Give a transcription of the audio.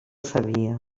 sabia